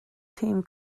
team